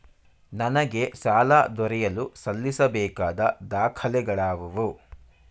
ನನಗೆ ಸಾಲ ದೊರೆಯಲು ಸಲ್ಲಿಸಬೇಕಾದ ದಾಖಲೆಗಳಾವವು?